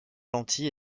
lentille